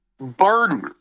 burden